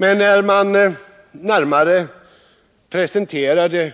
Men när kommunikationsdepartementets budgetbilaga närmare presenterades